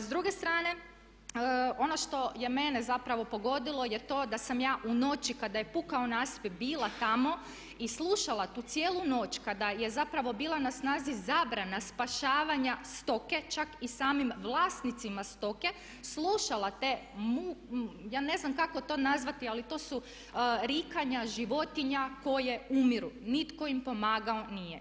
S druge strane, ono što je mene zapravo pogodilo je to da sam ja u noći kada je pukao nasip bila tamo i slušala tu cijelu noć kada je zapravo bila na snazi zabrana spašavanja stoke čak i samim vlasnicima stoke, slušala te, ja ne znam kako to nazvati ali to su rikanja životinja koje umiru, nitko im pomagao nije.